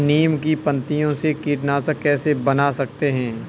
नीम की पत्तियों से कीटनाशक कैसे बना सकते हैं?